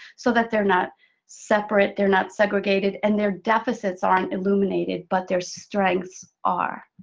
so that they're not separate, they're not segregated, and their deficits aren't illuminated, but their strengths are.